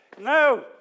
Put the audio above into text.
No